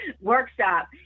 workshop